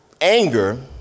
anger